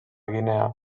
guinea